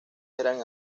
eran